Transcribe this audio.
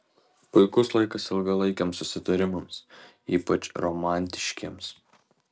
puikus laikas ilgalaikiams susitarimams ypač romantiškiems